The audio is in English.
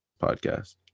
podcast